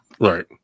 Right